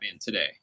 today